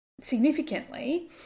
significantly